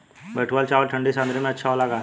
बैठुआ चावल ठंडी सह्याद्री में अच्छा होला का?